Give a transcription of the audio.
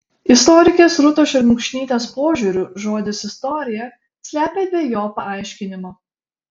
istorikės rūtos šermukšnytės požiūriu žodis istorija slepia dvejopą aiškinimą